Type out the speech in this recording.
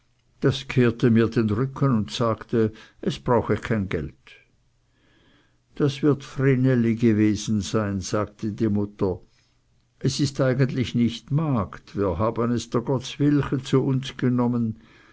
das kehrte mir den rücken und sagte es brauche kein geld das wird vreneli gewesen sein sagte die mutter es ist eigentlich nicht magd wir haben es dr gottswille zu uns genommen